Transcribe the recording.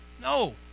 no